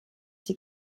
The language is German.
sie